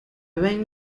ven